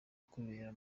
kwibera